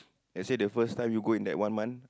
they say the first time you go in that one month